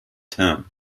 term